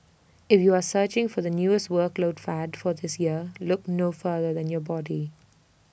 if you are searching for the newest workout fad for this year look no further than your body